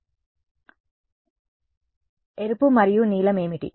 మంచి ప్రశ్న ఎరుపు మరియు నీలం ఏమిటి